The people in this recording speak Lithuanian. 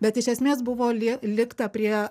bet iš esmės buvo lie likta prie